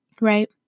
right